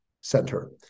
Center